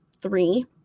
three